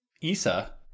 Isa